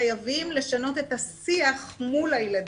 חייבים לשנות את השיח מול הילדים,